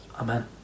Amen